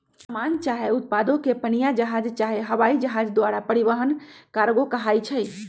समान चाहे उत्पादों के पनीया जहाज चाहे हवाइ जहाज द्वारा परिवहन कार्गो कहाई छइ